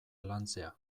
lantzea